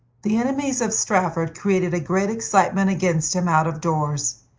the enemies of strafford created a great excitement against him out of doors.